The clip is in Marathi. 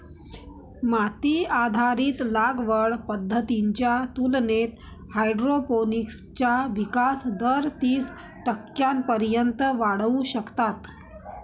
माती आधारित लागवड पद्धतींच्या तुलनेत हायड्रोपोनिक्सचा विकास दर तीस टक्क्यांपर्यंत वाढवू शकतात